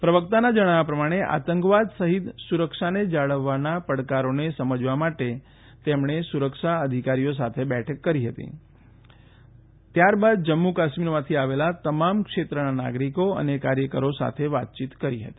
પ્રવક્તાના જણાવ્યા પ્રમાણે આતંકવાદ સહિત સુરક્ષાને જાળવવાના પડકારોને સમજવા માટે તેમણે સુરક્ષા અધિકારીઓ સાથે બેઠક કરી હતી અને ત્યારબાદ જમ્મુ કાશ્મીરમાંથી આવેલા તમામ ક્ષેત્રના નાગરિકો અને કાર્યકરોસાથે વાતચીત કરી હતી